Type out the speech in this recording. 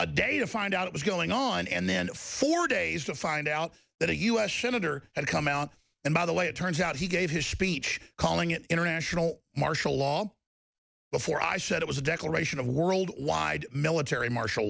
a day to find out it was going on and then for days to find out that a u s senator had come out and by the way it turns out he gave his speech calling it international martial long before i said it was a declaration of worldwide military martial